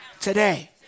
Today